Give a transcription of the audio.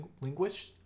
linguist